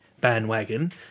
bandwagon